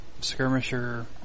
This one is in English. skirmisher